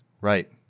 Right